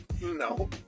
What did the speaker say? No